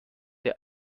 der